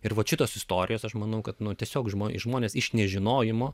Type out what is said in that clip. ir vat šitos istorijos aš manau kad nu tiesiog žmonės žmonės iš nežinojimo